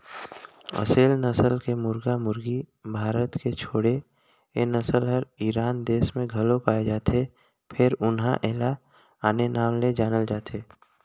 असेल नसल के मुरगा मुरगी भारत के छोड़े ए नसल हर ईरान देस में घलो पाये जाथे फेर उन्हा एला आने नांव ले जानल जाथे